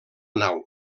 nau